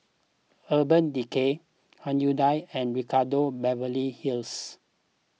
Urban Decay Hyundai and Ricardo Beverly Hills